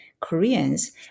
Koreans